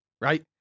Right